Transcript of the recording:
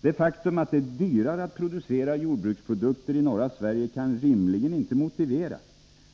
Det faktum att det är dyrare att producera jordbruksprodukter i norra Sverige kan rimligen inte motivera